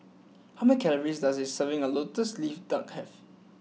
how many calories does a serving of Lotus Leaf Duck have